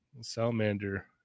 salamander